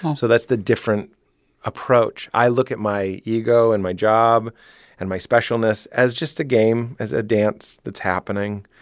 um so that's the different approach. i look at my ego and my job and my specialness as just a game, as a dance that's happening.